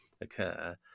occur